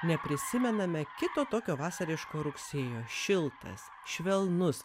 neprisimename kito tokio vasariško rugsėjo šiltas švelnus